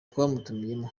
twamutumiyemo